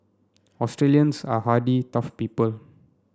Australians are hardy tough people